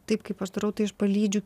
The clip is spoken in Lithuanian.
taip kaip aš darau tai aš palydžiu